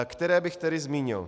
Které bych tedy zmínil?